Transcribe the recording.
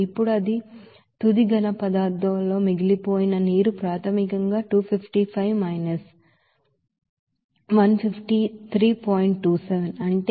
ఇప్పుడు final solids లో మిగిలిపోయిన నీరు ప్రాథమికంగా 255 మైనస్ ఇది 153